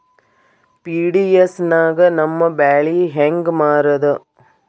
PDS ನಾಗ ನಮ್ಮ ಬ್ಯಾಳಿ ಹೆಂಗ ಮಾರದ?